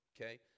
Okay